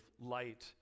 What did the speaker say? light